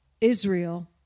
Israel